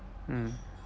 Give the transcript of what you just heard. mm